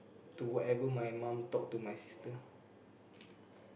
to whatever my mum talk to my sister